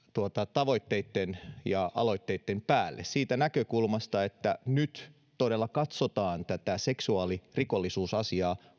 tavoitteitten ja aloitteitten päälle siitä näkökulmasta että nyt todella katsotaan tätä seksuaalirikollisuusasiaa